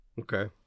okay